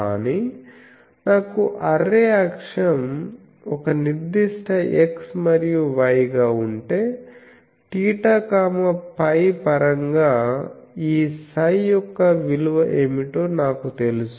కానీ నాకు అర్రే అక్షం ఒక నిర్దిష్ట x మరియు y గా ఉంటే θ φ పరంగా ఈ ψ యొక్క విలువ ఏమిటో నాకు తెలుసు